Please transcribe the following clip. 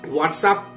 WhatsApp